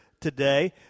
today